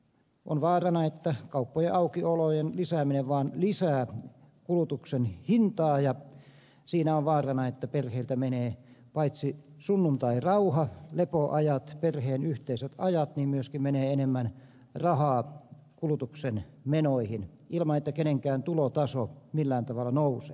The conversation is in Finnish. on vaarana että kauppojen aukiolojen lisääminen vaan lisää kulutuksen hintaa ja siinä on vaarana että perheiltä menee paitsi sunnuntairauha lepoajat perheen yhteiset ajat myöskin enemmän rahaa kulutuksen menoihin ilman että kenenkään tulotaso millään tavalla nousee